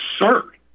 absurd